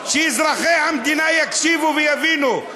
שאזרחי המדינה יקשיבו ויבינו.